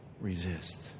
resist